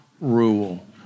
rule